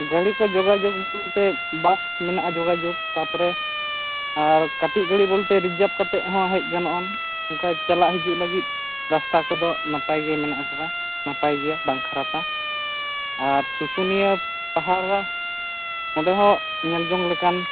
ᱜᱟᱹᱲᱤ ᱠᱚ ᱡᱳᱜᱟᱡᱳᱜᱽ ᱵᱚᱞᱛᱮ ᱛᱮ ᱵᱟᱥ ᱢᱮᱱᱟᱜᱼᱟ ᱡᱳᱜᱟᱡᱳᱜᱽ ᱛᱟᱯᱚᱨᱮ ᱟᱨ ᱠᱟᱹᱴᱤᱡ ᱜᱟᱹᱲᱤ ᱵᱚᱞᱛᱮ ᱨᱤᱡᱟᱨᱵᱷ ᱠᱟᱛᱮ ᱦᱚᱸ ᱦᱮᱡ ᱜᱟᱱᱚᱜᱼᱟ ᱚᱱᱠᱟ ᱪᱟᱞᱟᱜ ᱦᱤᱡᱩᱜ ᱞᱟᱹᱜᱤᱫ ᱨᱟᱥᱛᱟ ᱠᱚᱫᱚ ᱱᱟᱯᱟᱭ ᱜᱮ ᱢᱮᱱᱟᱜᱼᱟ ᱱᱟᱯᱟᱭ ᱜᱮᱭᱟ ᱵᱟᱝ ᱠᱷᱟᱨᱟᱯᱟ ᱟᱨ ᱥᱩᱥᱩᱱᱤᱭᱟᱹ ᱯᱟᱦᱟᱲ ᱚᱸᱰᱮ ᱦᱚᱸ ᱧᱮᱞ ᱡᱚᱝ ᱞᱮᱠᱟᱱ